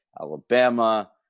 Alabama